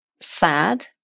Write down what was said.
sad